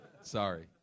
Sorry